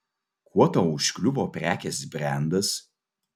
kuo tau užkliuvo prekės brendas